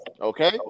okay